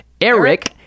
Eric